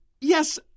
yes